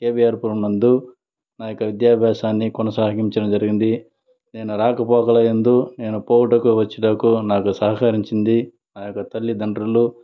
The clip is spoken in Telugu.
కేవిఆర్ పురం నందు నా యొక్క విద్యాభ్యాసాన్ని కొనసాగించడం జరిగింది నేను రాకపోకల యందు నేను పోవుటకు వచ్చుటకు నాకు సహకరించింది నా యొక్క తల్లిదండ్రులు